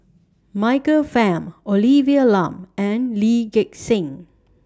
Michael Fam Olivia Lum and Lee Gek Seng